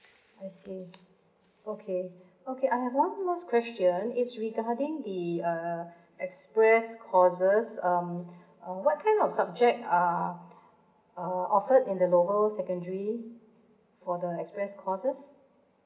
I see okay okay I have one more question is regarding the uh express courses um or what kind of subject are err offered in the lower secondary for the express courses